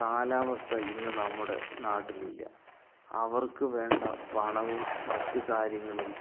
കാലാവസ്ഥ ഇന്ന് നമ്മുടെ നാട്ടിലില്ല അവർക്ക് വേണ്ട പണവും മറ്റു കാര്യങ്ങളും